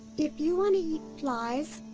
if you want to eat flies,